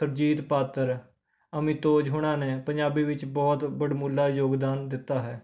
ਸੁਰਜੀਤ ਪਾਤਰ ਅਮਿਤੋਜ ਹੋਣਾ ਨੇ ਪੰਜਾਬੀ ਵਿੱਚ ਬਹੁਤ ਵਡਮੁੱਲਾ ਯੋਗਦਾਨ ਦਿੱਤਾ ਹੈ